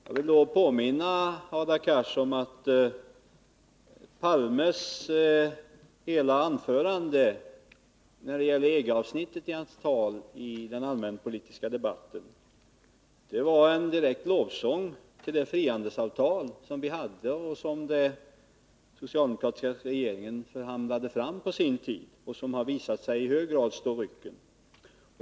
Jag vill påminna Hadar Cars om att EG-avsnittet av Olof Palmes anförande i den allmänpolitiska debatten var en direkt lovsång till det frihandelsavtal som vi hade och som den socialdemokratiska regeringen förhandlade fram på sin tid och som har visat sig i hög grad stå rycken.